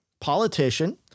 politician